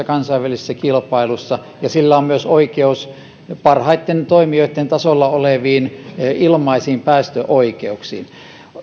kansainvälisessä kilpailussa ja sillä on myös oikeus parhaitten toimijoitten tasolla oleviin ilmaisiin päästöoikeuksiin